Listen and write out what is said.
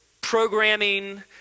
programming